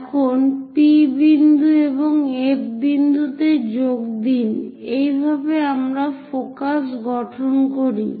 এখন P বিন্দু এবং F বিন্দুতে যোগ দিন এইভাবে আমরা ফোকাস গঠন করি